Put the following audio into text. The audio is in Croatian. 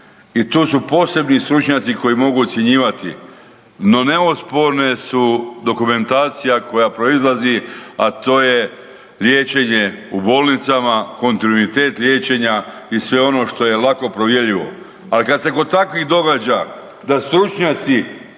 i tu su posebni stručnjaci koji mogu ocjenjivati, no nesporne su dokumentacija koja proizlazi, a to je liječenje u bolnicama, kontinuitet liječenja i sve ono što je lako provjerljivo. Ali kad se kod takvih događa da stručnjaci,